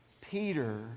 Peter